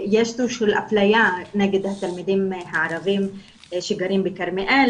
יש סוג של אפליה נגד התלמידים הערבים שגרים בכרמיאל,